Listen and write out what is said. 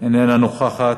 אינה נוכחת,